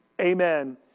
Amen